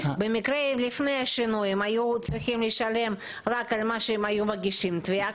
במקרה לפני השינוי היו צריכים לשלם רק על מה שהם היו מגישים תביעה.